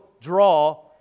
draw